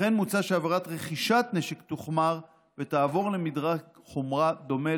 לכן מוצע שעבירת רכישת נשק תוחמר ותעבור למדרג חומרה דומה